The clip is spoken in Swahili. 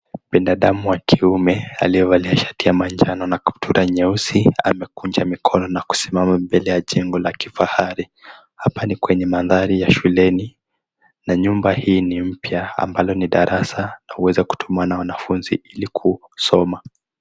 Binadamu wa kiume, aliyevalia shati ya manjano na kaptura nyeusi amekunja mikono na kusimama mbele ya jengo la kifahari. Hapa ni kwenye mandhari ya shuleni na nyumba hii ni mpya ambalo ni darasa linaloweza kutumiwa na wanafunzi ili kusoma.